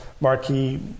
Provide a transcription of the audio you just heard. marquee